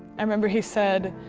i remember he said,